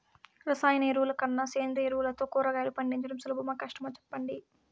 రసాయన ఎరువుల కన్నా సేంద్రియ ఎరువులతో కూరగాయలు పండించడం సులభమా కష్టమా సెప్పండి